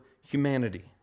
humanity